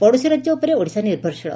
ପଡ଼ୋଶୀ ରାଜ୍ୟ ଉପରେ ଓଡ଼ିଶା ନିଭରଶୀଳ